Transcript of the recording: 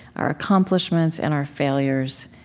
our accomplishments, and our failures.